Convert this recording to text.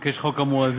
בקשר לחוק המואזין,